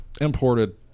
imported